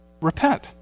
repent